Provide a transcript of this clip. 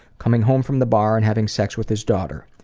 coming home from the bar, and having sex with his daughter.